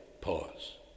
Pause